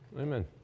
Amen